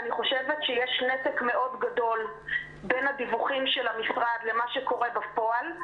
יש נתק מאוד גדול בין הדיווחים של המשרד למה שקורה בפועל,